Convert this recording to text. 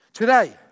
Today